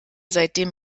seitdem